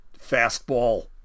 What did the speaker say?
fastball